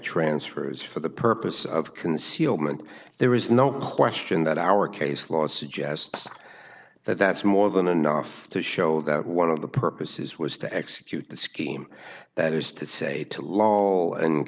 transfers for the purpose of concealment there is no question that our case law suggests that that's more than enough to show that one of the purposes was to execute the scheme that is to say to law a